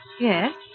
Yes